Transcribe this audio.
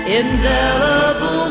indelible